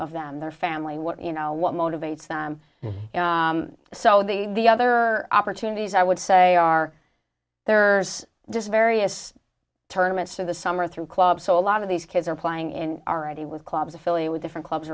of them their family what you know what motivates them so the other opportunities i would say are there are just various tournaments of the summer through clubs so a lot of these kids are playing in already with clubs affiliate with different clubs